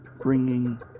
bringing